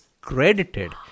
credited